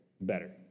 better